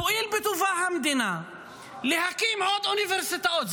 תואיל בטובה המדינה להקים עוד אוניברסיטאות.